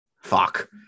fuck